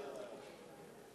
אדוני היושב-ראש,